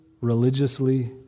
religiously